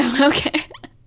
Okay